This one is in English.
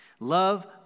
Love